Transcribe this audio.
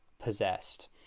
possessed